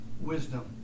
wisdom